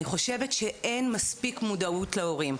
אני חושבת שאין מספיק מודעות להורים.